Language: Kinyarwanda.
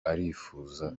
arifuza